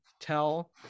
tell